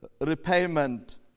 repayment